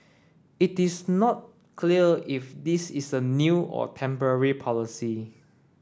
it is not clear if this is a new or temporary policy